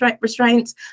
restraints